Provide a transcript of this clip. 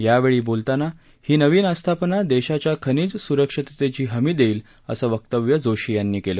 यावेळी बोलताना ही नवीन आस्थापना देशाच्या खनिज सुरक्षिततेची हमी देईल असं वक्तव्य जोशी यांनी केलं